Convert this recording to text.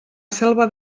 selva